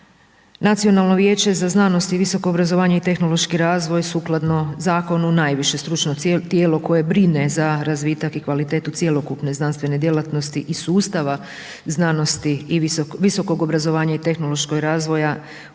Nacionalno vijeće za znanost i visoko obrazovanje i tehnološki razvoj sukladno zakonu najviše stručno tijelo koje brine za razvitak i kvalitetu cjelokupne znanstvene djelatnosti i sustava znanosti, visokog obrazovanja i tehnološkog razvoja u RH i naravno